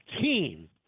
team